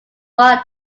bar